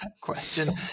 Question